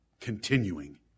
Continuing